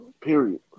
Period